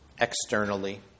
externally